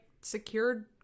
secured